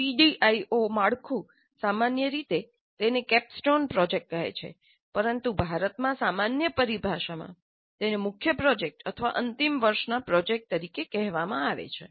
CDIO માળખું સામાન્ય રીતે તેને કેપસ્ટોન પ્રોજેક્ટ કહે છે પરંતુ ભારતમાં સામાન્ય પરિભાષા તેને મુખ્ય પ્રોજેક્ટ અથવા અંતિમ વર્ષના પ્રોજેક્ટ તરીકે કહેવામાં આવે છે